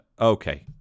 Okay